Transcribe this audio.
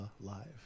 live